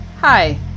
Hi